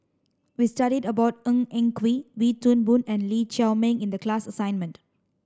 we studied about Ng Eng Kee Wee Toon Boon and Lee Chiaw Meng in the class assignment